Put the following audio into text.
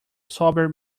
sober